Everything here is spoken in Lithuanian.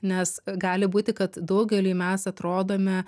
nes gali būti kad daugeliui mes atrodome